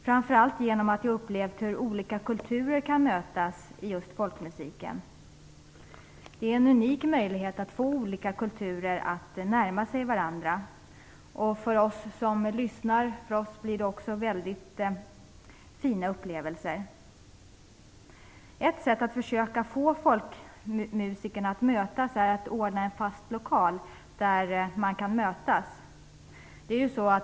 Framför allt har jag upplevt hur olika kulturer kan mötas i folkmusiken. Det är en unik möjlighet att få olika kulturer att närma sig varandra. För oss som lyssnar blir det också väldigt fina upplevelser. Ett sätt att försöka få folkmusikerna att mötas är att ordna en fast lokal där de kan mötas.